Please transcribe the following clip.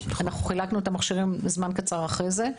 חילקנו את המכשירים זמן קצר אחרי זה.